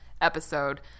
episode